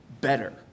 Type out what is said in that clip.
better